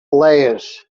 layers